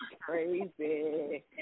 Crazy